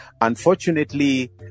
Unfortunately